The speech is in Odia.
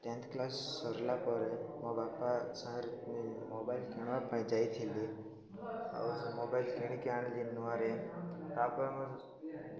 କ୍ଲାସ ସରିଲା ପରେ ମୋ ବାପା ସାଙ୍ଗେର୍ ମୋବାଇଲ କିଣିବା ପାଇଁ ଯାଇଥିଲି ଆଉ ସେ ମୋବାଇଲ କିଣିକି ଆଣିଲି ନୁଆରେ ତାପରେ ମୁଁ